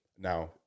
Now